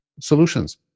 solutions